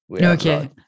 Okay